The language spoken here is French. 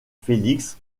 félix